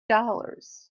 dollars